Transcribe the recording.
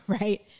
right